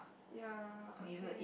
ya okay